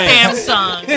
Samsung